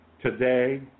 today